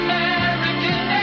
American